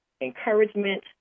encouragement